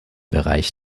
bereich